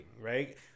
Right